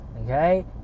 Okay